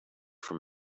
from